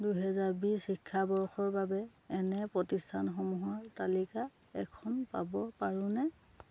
দুহেজাৰ বিছ শিক্ষাবৰ্ষৰ বাবে এনে প্ৰতিষ্ঠানসমূহৰ তালিকা এখন পাব পাৰোঁনে